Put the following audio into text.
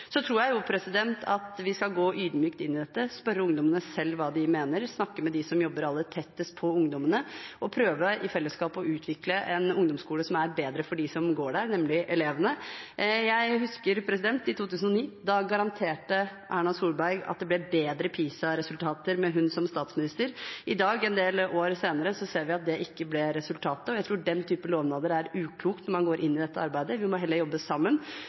Så tror jeg at vi skal gå ydmykt inn i dette, spørre ungdommene selv hva de mener, snakke med dem som jobber aller tettest på ungdommene, og prøve i fellesskap å utvikle en ungdomsskole som er bedre for dem som går der, nemlig elevene. Jeg husker at Erna Solberg i 2009 garanterte at det ble bedre PISA-resultater med henne som statsminister. I dag, en del år senere, ser vi at det ikke ble resultatet. Jeg tror den type lovnader er uklokt når man går inn i dette arbeidet. Vi må heller jobbe sammen, identifisere problemene, se på løsningene og sammen